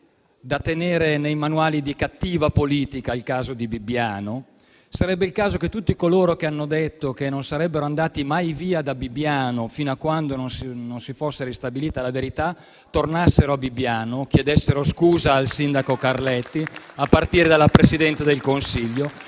da inserire nei manuali di cattiva politica, come credo che sarebbe il caso che tutti coloro che hanno detto che non sarebbero andati mai via da Bibbiano fino a quando non si fosse ristabilita la verità, tornassero a Bibbiano e chiedessero scusa al sindaco Carletti: a partire dalla Presidente del Consiglio.